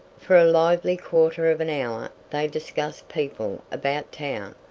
for a lively quarter of an hour they discussed people about town,